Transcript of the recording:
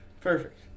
Perfect